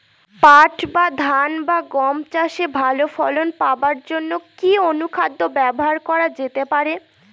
পাট বা ধান বা গম চাষে ভালো ফলন পাবার জন কি অনুখাদ্য ব্যবহার করা যেতে পারে?